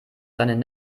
seinen